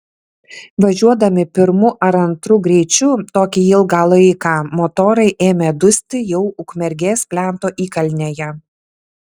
važiuodami pirmu ar antru greičiu tokį ilgą laiką motorai ėmė dusti jau ukmergės plento įkalnėje